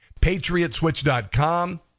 PatriotSwitch.com